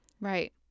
Right